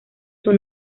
sus